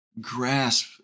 grasp